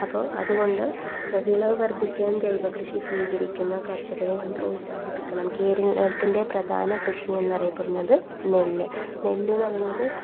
അപ്പോൾ അതുകൊണ്ട് വിളവ് വർദ്ധിക്കാൻ ജൈവ കൃഷി സ്വീകരിക്കുന്ന കർഷകനെ നാം പ്രോത്സാഹിപ്പിക്കണം കേരളത്തിൻ്റെ പ്രധാന കൃഷി എന്നറിയപ്പെട്ടുന്നത് നെല്ല് നെല്ലെന്ന് പറയുന്നത്